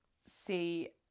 see